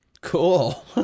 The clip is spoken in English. cool